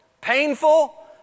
painful